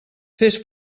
fes